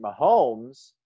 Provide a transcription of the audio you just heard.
Mahomes –